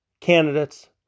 candidates